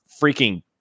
freaking